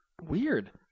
weird